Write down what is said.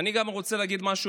אני גם רוצה להגיד משהו,